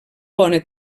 bona